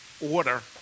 order